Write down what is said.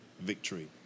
victory